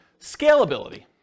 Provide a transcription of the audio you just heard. Scalability